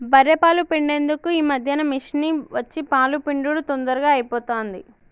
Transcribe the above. బఱ్ఱె పాలు పిండేందుకు ఈ మధ్యన మిషిని వచ్చి పాలు పిండుడు తొందరగా అయిపోతాంది